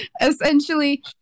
essentially